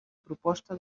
proposta